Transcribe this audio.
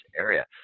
area